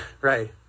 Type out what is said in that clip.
Right